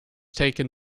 taken